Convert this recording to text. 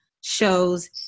shows